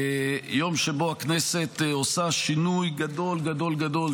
יום שבו הכנסת עושה שינוי גדול גדול גדול,